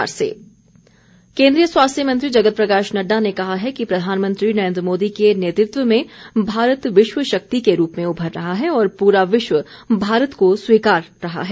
पन्ना प्रमुख केन्द्रीय स्वास्थ्य मंत्री जगत प्रकाश नड्डा ने कहा है कि प्रधानमंत्री नरेन्द्र मोदी के नेतृत्व में भारत विश्व शक्ति के रूप में उभर रहा है और पूरा विश्व भारत को स्वीकार रहा है